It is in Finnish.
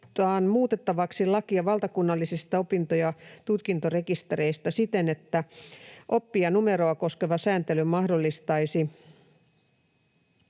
muutettavaksi lakia valtakunnallisista opinto- ja tutkintorekistereistä siten, että oppijanumeroa koskeva sääntely mahdollistaisi